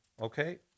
okay